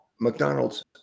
mcdonald's